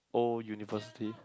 old university